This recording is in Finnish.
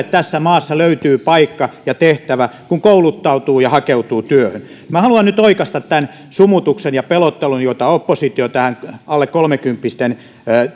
tässä maassa löytyy paikka ja tehtävä kun kouluttautuu ja hakeutuu työhön minä haluan nyt oikaista tämän sumutuksen ja pelottelun joita oppositio tähän alle kolmekymppisten